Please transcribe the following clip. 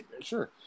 sure